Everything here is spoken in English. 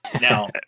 Now